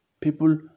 people